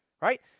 right